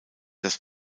das